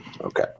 Okay